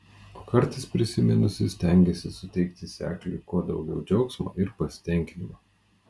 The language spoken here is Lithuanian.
o kartais prisiminusi stengiasi suteikti sekliui kuo daugiau džiaugsmo ir pasitenkinimo